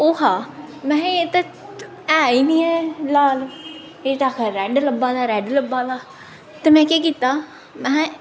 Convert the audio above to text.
ओह् हा में हे एह् ते ऐं ही निं ऐ लाल एह् ते आक्खा दे रैड लब्भा दा रैड लब्भा दा ते में केह् कीता महां